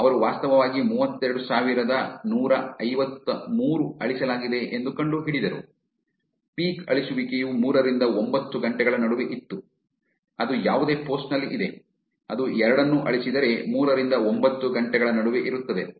ಅವರು ವಾಸ್ತವವಾಗಿ ಮೂವತ್ತೆರಡು ಸಾವಿರದ ನೂರ ಐವತ್ತು ಮೂರು ಅಳಿಸಲಾಗಿದೆ ಎಂದು ಕಂಡುಹಿಡಿದರು ಪೀಕ್ ಅಳಿಸುವಿಕೆಯು ಮೂರರಿಂದ ಒಂಬತ್ತು ಗಂಟೆಗಳ ನಡುವೆ ಇತ್ತು ಅದು ಯಾವುದೇ ಪೋಸ್ಟ್ ನಲ್ಲಿದೆ ಅದು ಎರಡನ್ನೂ ಅಳಿಸಿದರೆ ಮೂರರಿಂದ ಒಂಬತ್ತು ಗಂಟೆಗಳ ನಡುವೆ ಇರುತ್ತದೆ